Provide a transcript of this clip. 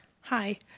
Hi